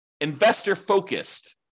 investor-focused